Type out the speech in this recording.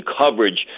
coverage